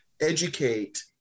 educate